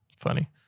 Funny